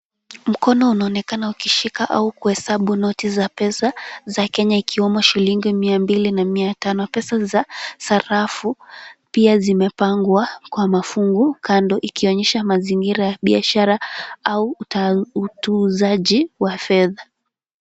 Mkono unaonekana kushika au kuhesabu noti za pesa za Kenya ikiwemo shilingi mia mbili na mia tano. Pesa ni za sarafu pia zimepangwa kwa mafungu kando ikionyesha mazingira ya biashara au utunzaji wa fedha.